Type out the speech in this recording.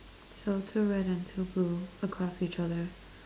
so two red and two blue across each other